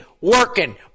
working